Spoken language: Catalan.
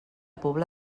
pobla